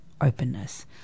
openness